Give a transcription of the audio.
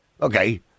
Okay